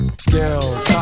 Skills